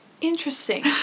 Interesting